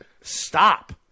Stop